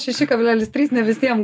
šeši kablelis trys ne visiem